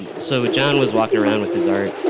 so john was walking around with his art.